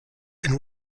and